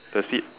the seat